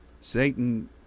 Satan